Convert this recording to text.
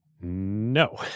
No